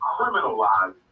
criminalized